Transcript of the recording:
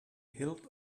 hilt